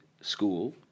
school